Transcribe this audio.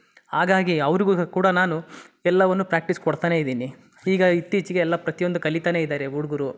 ಹಾಗಾಗಿ ಅವ್ರಿಗೂ ಕೂಡ ನಾನು ಎಲ್ಲವನ್ನೂ ಪ್ರಾಕ್ಟಿಸ್ ಕೊಡ್ತನೇ ಇದ್ದೀನಿ ಈಗ ಇತ್ತೀಚೆಗೆ ಎಲ್ಲ ಪ್ರತಿಯೊಂದು ಕಲೀತಾನೆ ಇದ್ದಾರೆ ಹುಡ್ಗರು